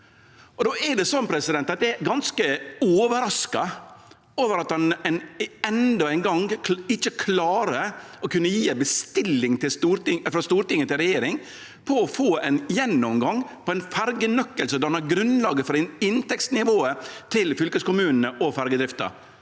tigeren i den saka. Eg er ganske overraska over at ein endå ein gong ikkje klarar å kunne gje ei bestilling frå storting til regjering på å få ein gjennomgang av ein ferjenøkkel som dannar grunnlaget for inntektsnivået til fylkeskommunane og ferjedrifta.